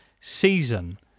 season